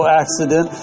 accident